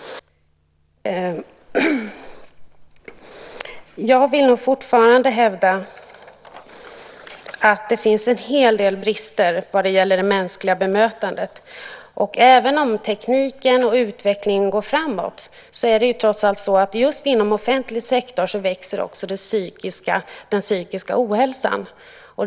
Jag vill nog fortfarande hävda att det finns en hel del brister vad gäller det mänskliga bemötandet. Även om tekniken och utvecklingen går framåt är det trots allt så att just inom offentlig sektor växer också den psykiska ohälsan.